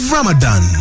Ramadan